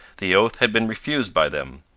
the oath had been refused by them.